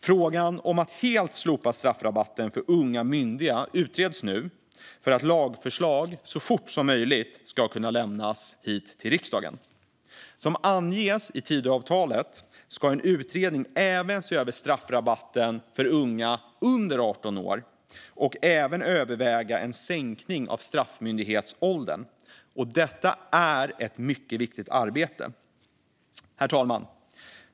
Frågan om att helt slopa straffrabatten för unga myndiga utreds nu för att lagförslag så fort som möjligt ska kunna lämnas till riksdagen. Som anges i Tidöavtalet ska en utredning även se över straffrabatten för unga under 18 år och överväga en sänkning av straffmyndighetsåldern. Detta är ett mycket viktigt arbete. Herr talman!